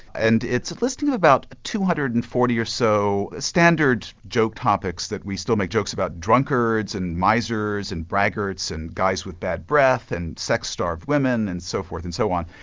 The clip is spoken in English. and it's a listing of about two hundred and forty or so standard joke topics that we still make jokes about drunkards, and misers, and braggarts, and guys with bad breath, and sex-starved women and so forth and so on.